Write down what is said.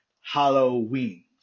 Halloween